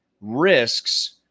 risks